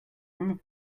remember